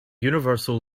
universal